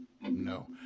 no